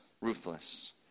ruthless